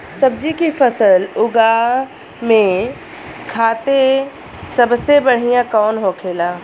सब्जी की फसल उगा में खाते सबसे बढ़ियां कौन होखेला?